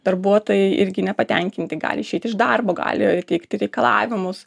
darbuotojai irgi nepatenkinti gali išeit iš darbo gali teikti reikalavimus